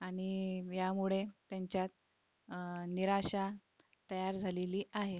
आणि यामुळे त्यांच्यात निराशा तयार झालेली आहे